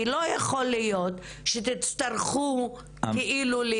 כי לא יכול להיות שתצטרכו "כאילו".